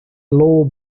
low